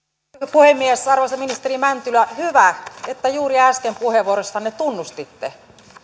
puhemies arvoisa ministeri mäntylä hyvä että juuri äsken puheenvuorossanne tunnustitte